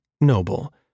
noble